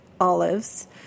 olives